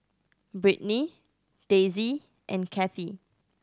Brittny Daisey and Cathi